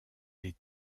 des